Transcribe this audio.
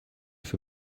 für